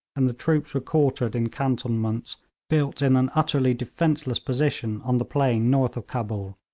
and the troops were quartered in cantonments built in an utterly defenceless position on the plain north of cabul,